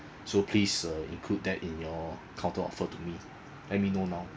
so please uh include that in your counter offer to me let me know now